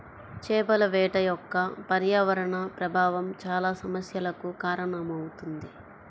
చేపల వేట యొక్క పర్యావరణ ప్రభావం చాలా సమస్యలకు కారణమవుతుంది